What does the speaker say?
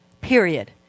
period